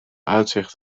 uitzicht